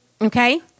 Okay